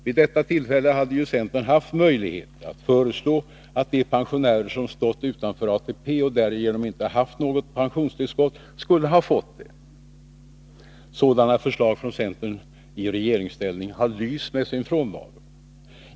Vid detta tillfälle hade jucentern haft möjlighet att föreslå att de pensionärer som stått utanför ATP och därigenom inte haft något pensionstillskott skulle ha fått det. Sådana förslag från centern när partiet var i regeringsställning har lyst med sin frånvaro.